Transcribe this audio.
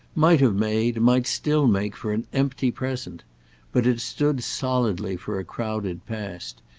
might have made, might still make, for an empty present but it stood solidly for a crowded past.